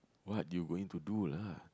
what do you going to do lah